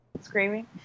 screaming